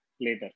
later